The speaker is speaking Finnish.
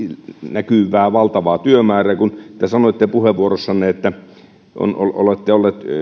näkyvää valtavaa työmäärää kun te sanoitte puheenvuorossanne että olette olleet